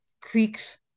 creeks